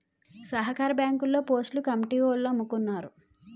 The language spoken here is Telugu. సహకార బ్యాంకుల్లో పోస్టులు కమిటీలోల్లమ్ముకున్నారు